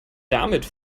damit